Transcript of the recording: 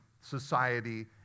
society